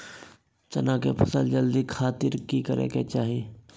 चना की फसल जल्दी बड़े खातिर की करे के चाही?